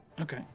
Okay